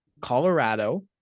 Colorado